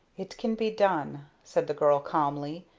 it can be done, said the girl, calmly.